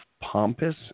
Pompous